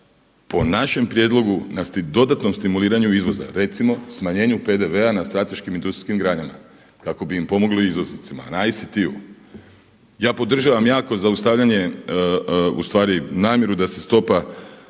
po našem prijedlogu na dodatnom stimuliranju izvoza. Recimo smanjenju PDV-a na strateškim industrijskim granama kako bi im pomogli izvoznicima, na ICT-u. Ja podržavam jako zaustavljanje, u stvari namjeru da se stopa